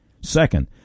Second